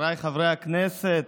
חבריי חברי הכנסת,